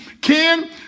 Ken